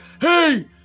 hey